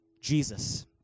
Jesus